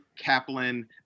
Kaplan